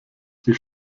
die